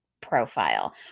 profile